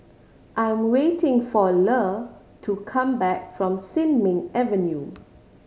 I am waiting for Le to come back from Sin Ming Avenue